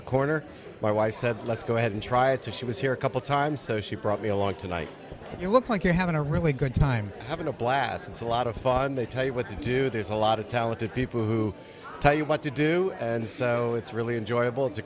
the corner my wife said let's go ahead and try it so she was here a couple times so she brought me along tonight and you look like you're having a really good time having a blast it's a lot of fun they tell you what to do there's a lot of talented people who tell you what to do and so it's really enjoyable it's a